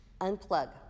unplug